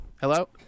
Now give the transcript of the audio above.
hello